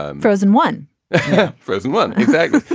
um frozen one frozen one. exactly.